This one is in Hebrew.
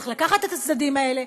צריך לקחת את הצדדים האלה,